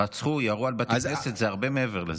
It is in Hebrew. רצחו, ירו על בתי כנסת, זה הרבה מעבר לזה.